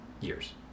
years